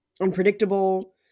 Unpredictable